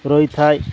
ରହିଥାଏ